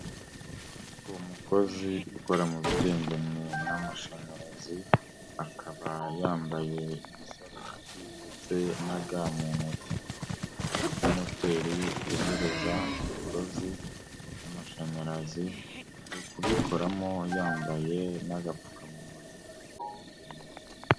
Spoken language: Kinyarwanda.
Umukozi ukora mu bigendanye n'amashanyarazi, akaba yambaye igisarureti ndetse na ga mu ntoki. Ari muri moteri yohereza imigozi y'amashanyarazi, ari kubikoramo yambaye n'agapfukamunwa n'ingofero yabugenewe.